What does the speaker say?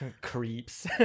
Creeps